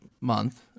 month